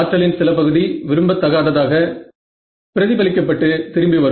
ஆற்றலின் சில பகுதி விரும்பத்தகாததாக பிரதிபலிக்க பட்டு திரும்பி வரும்